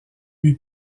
lui